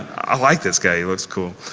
i like this guy. he looks cool.